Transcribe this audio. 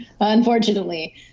Unfortunately